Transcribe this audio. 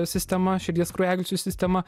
sistema širdies kraujagyslių sistema